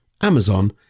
Amazon